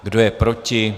Kdo je proti?